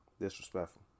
Disrespectful